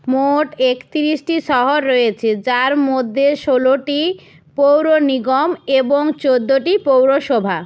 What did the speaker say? মোট একতিরিশটি শহর রয়েছে যার মদ্যে ষোলোটি পৌরনিগম এবং চোদ্দটি পৌরসভা